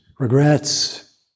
regrets